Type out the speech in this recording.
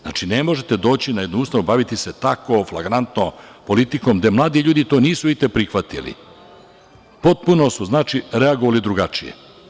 Znači, ne možete doći u jednu ustanovu i baviti se takvom flagrantnom politikom, gde mladi ljudi nisu to prihvatili, potpuno su reagovali drugačije.